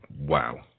Wow